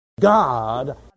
God